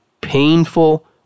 painful